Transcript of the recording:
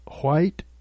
white